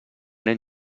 nen